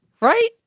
Right